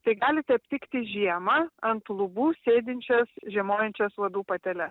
tai galite aptikti žiemą ant lubų sėdinčias žiemojančias uodų pateles